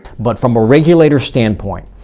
but from a regulator stand point,